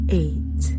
eight